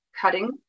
cutting